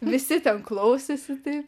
visi ten klausėsi taip